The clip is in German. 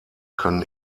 können